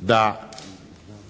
da